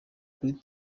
kuri